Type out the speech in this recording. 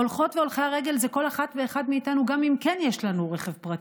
הולכות והולכי הרגל זה כל אחד ואחת מאיתנו גם אם יש לנו רכב פרטי,